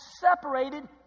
separated